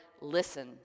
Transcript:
listen